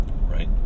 right